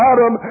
Adam